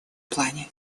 плане